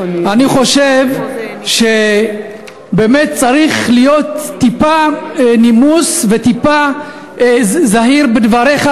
אני חושב שבאמת צריך טיפה נימוס וטיפה להיות זהיר בדבריך,